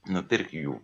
nupirk jų